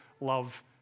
love